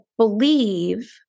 believe